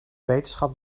wetenschap